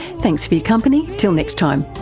thanks for company, till next time